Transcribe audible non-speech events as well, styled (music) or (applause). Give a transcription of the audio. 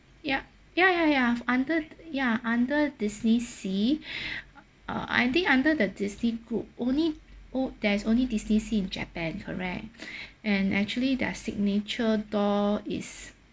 yup ya ya ya under ya under disneysea (breath) uh I think under the disney group only oh there's only disneysea in japan correct (breath) and actually their signature doll is